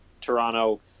Toronto –